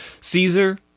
Caesar